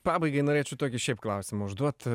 pabaigai norėčiau tokį šiaip klausimą užduot